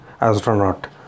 astronaut